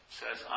says